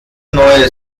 neue